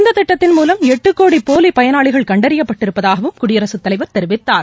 இந்த திட்டத்தின் மூலம் எட்டு கோடி போலி பயனாளிகள் கண்டறியப்பட்டிருப்பதாகவும் குடியரசுத் தலைவர் தெரிவித்தார்